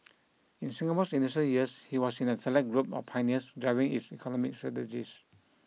in Singapore's initial years he was in a select group of pioneers driving its economic strategies